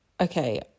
okay